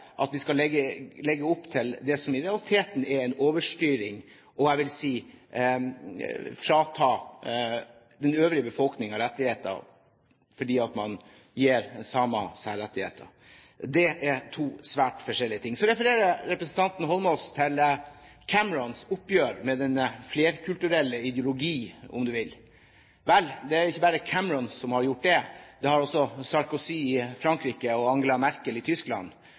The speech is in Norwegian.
at vi skal legge opp til det som i realiteten er en overstyring, og jeg vil si fratar den øvrige befolkningen rettigheter fordi man gir samene særrettigheter. Det er to svært forskjellige ting. Så refererer representanten Holmås til Camerons oppgjør med den flerkulturelle ideologi, om du vil. Vel, det er ikke bare Cameron som har gjort det. Det har også Sarkozy i Frankrike og Angela Merkel i Tyskland.